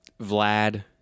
Vlad